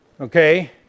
okay